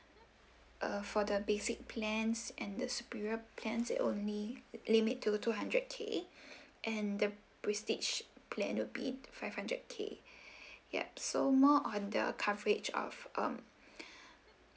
uh for the basic plans and the superior plans it only limit to two hundred K and the prestige plan will be five hundred K yup so more on the coverage of um